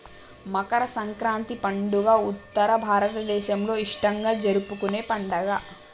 మకర సంక్రాతి పండుగ ఉత్తర భారతదేసంలో ఇష్టంగా జరుపుకునే పండుగ